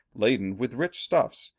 laden with rich stuffs,